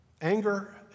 Anger